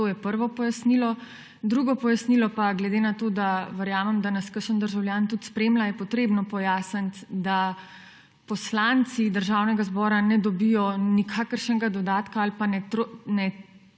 To je prvo pojasnilo. Drugo pojasnilo pa glede na to, da verjamem, da nas kakšen državljan tudi spremlja, je potrebno pojasniti, da poslanci Državnega zbora ne dobijo nikakršnega dodatka ali pa ne tratijo